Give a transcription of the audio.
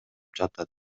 жатат